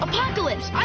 Apocalypse